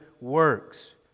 works